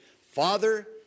Father